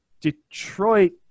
Detroit